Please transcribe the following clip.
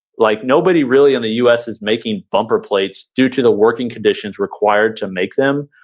like nobody really in the us is making bumper plates due to the working conditions required to make them.